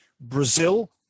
Brazil